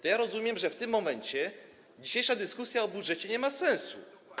To ja rozumiem, że w tym momencie dzisiejsza dyskusja o budżecie nie ma sensu.